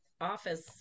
office